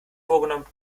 vorgenommen